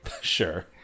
Sure